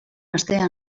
astean